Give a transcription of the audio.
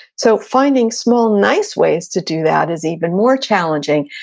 so finding small, nice ways to do that is even more challenging.